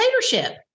dictatorship